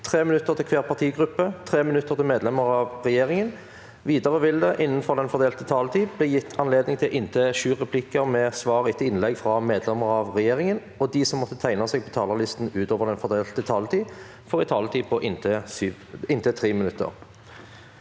3 minutter til hver partigruppe og 3 minutter til medlemmer av regjeringen. Videre vil det – innenfor den fordelte taletid – bli gitt anledning til inntil sju replikker med svar etter innlegg fra medlemmer av regjeringen, og de som måtte tegne seg på talerlisten utover den fordelte taletid, får også en taletid på inntil 3 minutter.